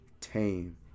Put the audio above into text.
tame